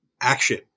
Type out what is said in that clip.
action